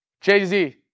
Jay-Z